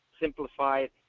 simplified